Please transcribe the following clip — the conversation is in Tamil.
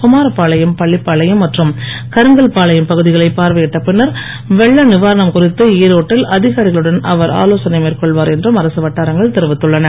குமாரபாளையம் பள்ளிபாளையம் மற்றும் கருங்கல்பாளையம் பகுதிகளை பார்வையிட்ட பின்னர் வெள்ள நீவாரணம் குறித்து ஈரோட்டில் அதிகாரிகளுடன் அவர் ஆலோசனை மேற்கொள்வார் என்றும் அரசு வட்டாரங்கள் தெரிவித்துள்ளன